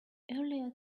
earlier